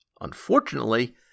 Unfortunately